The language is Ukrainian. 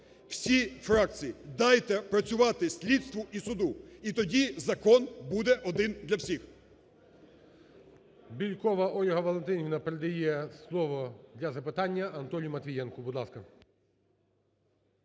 Всі фракції, дайте працювати слідству і суду і тоді закон буде один для всіх.